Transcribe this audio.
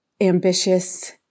ambitious